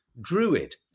druid